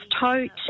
tote